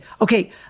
okay